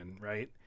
right